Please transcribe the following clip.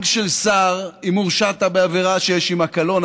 של שר אם הורשעת בעבירה שיש עימה קלון,